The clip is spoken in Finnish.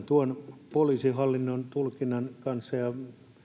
tuon poliisihallinnon tulkinnan kanssa ja